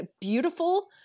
beautiful